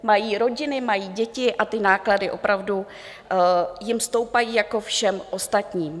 Mají rodiny, mají děti a ty náklady opravdu jim stoupají jako všem ostatním.